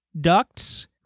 ducts